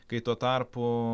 kai tuo tarpu